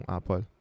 Apple